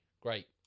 Great